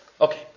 Okay